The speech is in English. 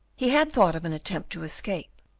he had thought of an attempt to escape,